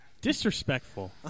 Disrespectful